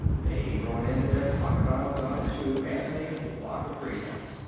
they brought in their crocodile-god, too, and a flock of priests,